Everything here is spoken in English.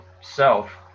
self